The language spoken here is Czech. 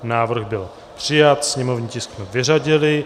Návrh byl přijat, sněmovní tisk jsme vyřadili.